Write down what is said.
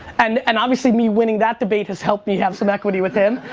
and and obviously me winning that debate has helped me have some equity with him.